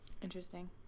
Interesting